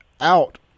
out